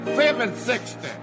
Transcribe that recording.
$760